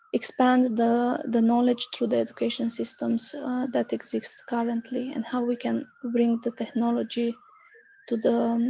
expand the the knowledge through the education systems that exist currently and how we can bring the technology to the